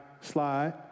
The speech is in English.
slide